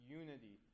unity